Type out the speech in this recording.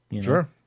Sure